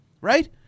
right